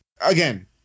Again